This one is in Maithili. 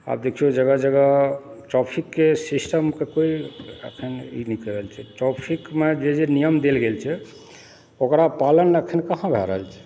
आब देखिऔ जगह जगह ट्रैफिकके सिस्टमके कोई अखन ई नहि कए रहल छै ट्रेफिकमे जे जे नियम देल गेल छै ओकरा पालन अखन कहाँ भए रहल छै